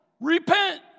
Repent